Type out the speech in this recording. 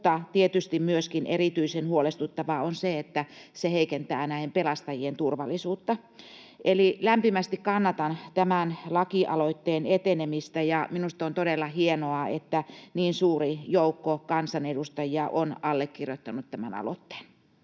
tietysti myöskin erityisen huolestuttavaa on se, että se heikentää näin pelastajien turvallisuutta. Eli lämpimästi kannatan tämän lakialoitteen etenemistä, ja minusta on todella hienoa, että niin suuri joukko kansanedustajia on allekirjoittanut tämän aloitteen.